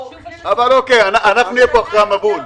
אבל אוקיי, אנחנו נהיה פה אחרי המבול.